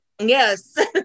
yes